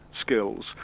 skills